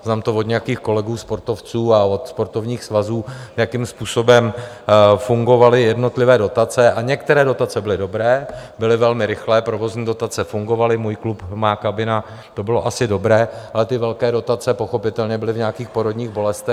Znám to od nějakých kolegů sportovců a od sportovních svazů, jakým způsobem fungovaly jednotlivé dotace, a některé dotace byly dobré, byly velmi rychlé provozní dotace fungovaly: Můj klub, Má kabina, to bylo asi dobré, ale ty velké dotace pochopitelně byly v nějakých porodních bolestech.